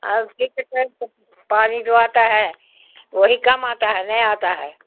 اب فکر کر توں پانی جو آتا ہے وہی کم آتا ہے نہیں آتا ہے